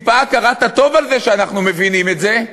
טיפה הכרת הטוב על זה שאנחנו מבינים את זה.